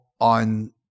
on